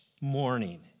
morning